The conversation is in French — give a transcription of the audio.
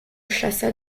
chassa